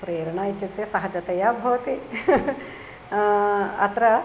प्रेरणा इत्युक्ते सहजतया भवति अत्र